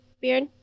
Beard